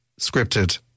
scripted